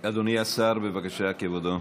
אדוני השר, בבקשה, כבודו.